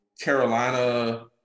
Carolina